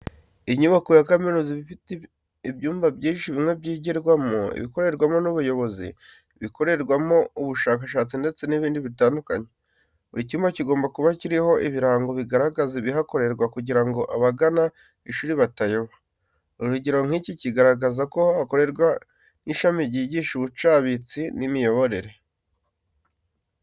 Inyubako ya kaminuza iba ifite ibyumba byinshi bimwe byigirwamo, ibikorerwamo n'ubuyobozi, ibikorerwamo ubushakashatsi ndetse n'ibindi bitandukanye. Buri cyumba kigomba kuba kiriho ibirango bigaragaza ibihakorerwa kugira ngo abagana ishuri batayoba. Urugero nk'iki kigaragaza ko hakorerwa n'ishami ryigisha ubucabitsi n'imiyoborere.